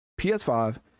ps5